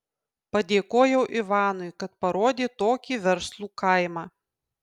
padėkojau ivanui kad parodė tokį verslų kaimą